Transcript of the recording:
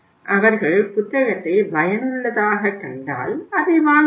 அவர்கள் புத்தகத்தை பயனுள்ளதாகக் கண்டால் அதை வாங்கலாம்